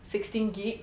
sixteen G_B